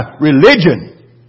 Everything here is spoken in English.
religion